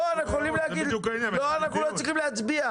אנחנו לא צריכים להצביע.